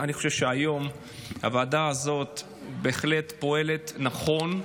אני חושב שהיום הוועדה הזאת בהחלט פועלת נכון.